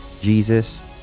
jesus